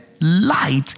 light